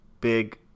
big